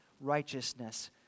righteousness